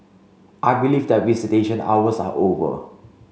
I believe that visitation hours are over